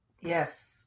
Yes